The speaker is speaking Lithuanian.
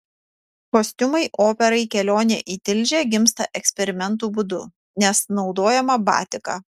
kostiumai operai kelionė į tilžę gimsta eksperimentų būdu nes naudojama batika